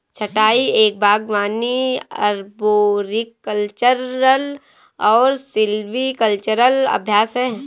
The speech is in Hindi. छंटाई एक बागवानी अरबोरिकल्चरल और सिल्वीकल्चरल अभ्यास है